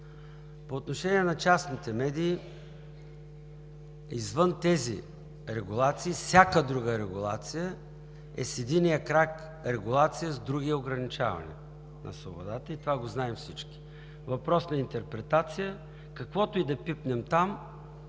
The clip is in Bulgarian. По отношение на частните медии. Извън тези регулации всяка друга регулация е с единия крак регулация, с другия – ограничаване на свободата, и това го знаем всички – въпрос на интерпретация. Каквото и да пипнем там,